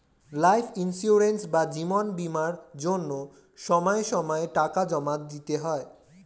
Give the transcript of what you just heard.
life insurance বা জীবন বীমার জন্য সময় সময়ে টাকা জমা দিতে হয়